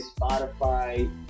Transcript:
Spotify